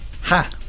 Ha